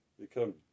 become